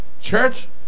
Church